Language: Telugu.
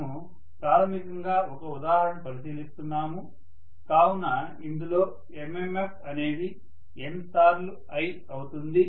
మనము ప్రాథమికంగా ఒక ఉదాహరణను పరిశీలిస్తున్నాము కావున ఇందులో MMF అనేది N సార్లు I అవుతుంది